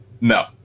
No